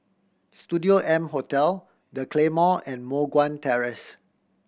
Studio M Hotel The Claymore and Moh Guan Terrace